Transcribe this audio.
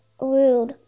Rude